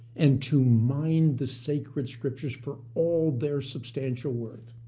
and to mine the sacred scriptures for all their substantial worth.